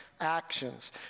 actions